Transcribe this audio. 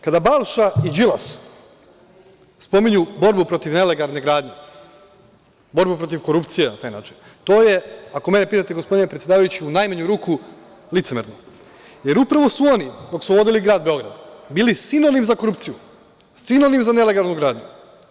Kada Balša i Đilas spominju borbu protiv nelegalne gradnje, borbu protiv korupcije na taj način, to je, ako mene pitate gospodine predsedavajući, u najmanju ruku licemerno, jer upravo su oni, dok su vodili grad Beograd, bili sinonim za korupciju, sinonim za nelegalnu gradnju.